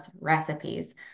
recipes